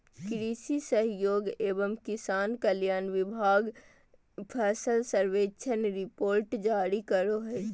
कृषि सहयोग एवं किसान कल्याण विभाग फसल सर्वेक्षण रिपोर्ट जारी करो हय